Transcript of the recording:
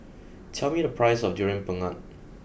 tell me the price of durian Pengat